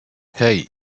hey